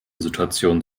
situation